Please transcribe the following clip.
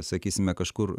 sakysime kažkur